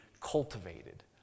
cultivated